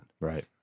Right